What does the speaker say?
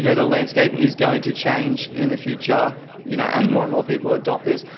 you know the landscape is going to change in the future you know as more and more people adopt this.